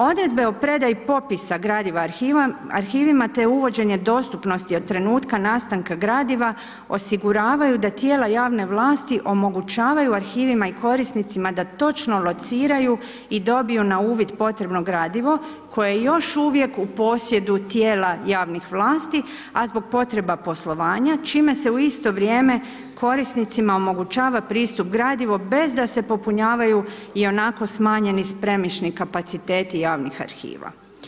Odredbe o predaji popisa gradiva arhivima te uvođenje dostupnosti od trenutka nastanka gradiva osiguravaju da tijela javne vlasti omogućavaju arhivima i korisnicima da točno lociraju i dobiju na uvid potrebno gradivo koje je još uvijek u posjedu tijela javnih vlasti, a zbog potrebe poslovanja čime se u isto vrijeme korisnicima omogućava pristup gradivu bez da se popunjavaju i onako smanjeni spremišni kapaciteti javnih arhiva.